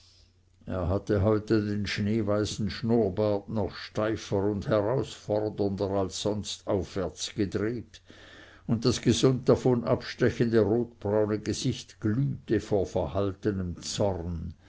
er hatte heute den schneeweißen schnurrbart noch steifer und herausfordernder als sonst aufwärts gedreht und das gesund davon abstechende rotbraune gesicht glühte von verhaltenem zorn